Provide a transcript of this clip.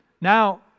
Now